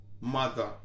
mother